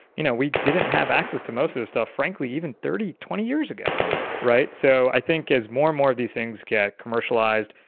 you know we didn't have access to most of this stuff frankly even thirty, twenty years ago, yeah right? so, i think as more and more of these things get commercialized,